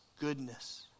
goodness